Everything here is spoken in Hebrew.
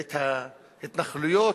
את ההתנחלויות,